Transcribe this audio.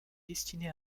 destinée